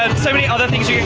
and so many other things